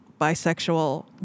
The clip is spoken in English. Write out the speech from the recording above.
bisexual